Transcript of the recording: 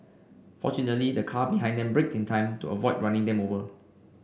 fortunately the car behind them braked in time to avoid running them over